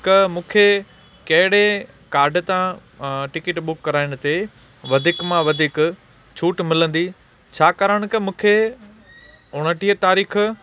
क मूंखे कहिड़े कार्ड तां टिकिट बुक कराइण ते वधीक मां वधीक छूट मिलंदी छाकाणि कि मूंखे उणिटीह तारीख़ु